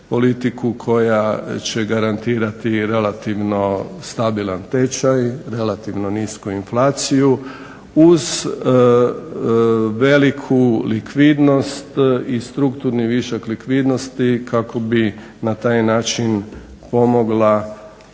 koja će garantirati relativno stabilan tečaj, relativno nisku inflaciju uz veliku likvidnost i strukturni višak likvidnosti kako bi na taj način pomogla